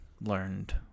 learned